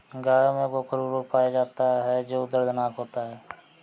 गायों में गोखरू रोग पाया जाता है जो दर्दनाक होता है